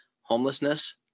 homelessness